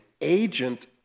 agent